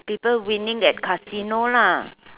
people winning at casino lah